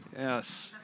Yes